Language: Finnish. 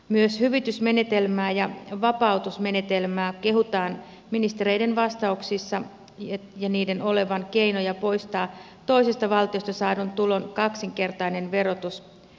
myös hyvitysmenetelmää ja vapautusmenetelmää kehutaan ministereiden vastauksissa ja niiden kehutaan olevan keinoja poistaa toisista valtioista saadun tulon kaksinkertainen verotus